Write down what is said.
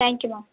thank you ma'am